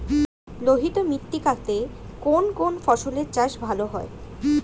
লোহিত মৃত্তিকা তে কোন কোন ফসলের চাষ ভালো হয়?